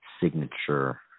signature